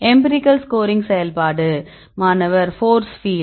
empirical scoring செயல்பாடு மாணவர் force field